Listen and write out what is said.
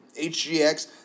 HGX